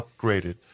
upgraded